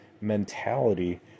mentality